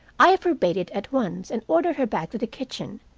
i forbade it at once, and ordered her back to the kitchen,